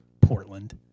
Portland